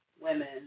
women